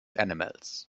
animals